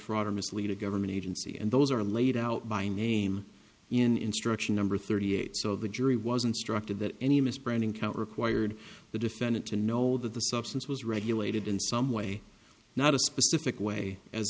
defraud or mislead a government agency and those are laid out by name in instruction number thirty eight so the jury was instructed that any misbranding count required the defendant to know that the substance was regulated in some way not a specific way as